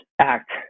act